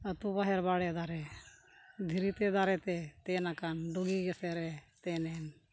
ᱟᱛᱳ ᱵᱟᱦᱮᱨ ᱵᱟᱲᱮ ᱫᱟᱨᱮ ᱫᱷᱤᱨᱤᱛᱮ ᱫᱟᱨᱮᱛᱮ ᱛᱮᱱ ᱟᱠᱟᱱ ᱰᱩᱜᱤ ᱜᱮᱥᱮ ᱨᱮ ᱛᱮᱱᱮᱱ